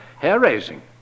hair-raising